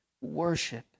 Worship